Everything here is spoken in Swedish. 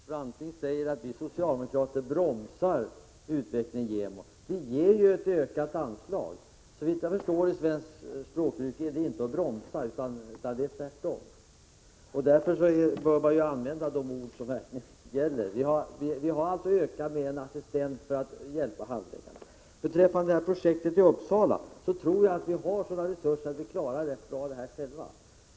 Herr talman! Charlotte Branting säger att vi socialdemokrater bromsar utvecklingen för JämO. Vi föreslår ju ett ökat anslag. Såvitt jag förstår är detta enligt svenskt språkbruk inte att bromsa, utan motsatsen. Man bör använda ord som stämmer med de verkliga förhållandena. Vi föreslår alltså en ökning med en assistenttjänst för att handläggarna skall få hjälp med sitt arbete. Beträffande projektet i Uppsala tror jag att vi har sådana resurser att vi kan klara detta på egen hand.